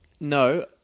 No